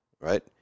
Right